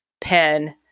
pen